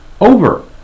over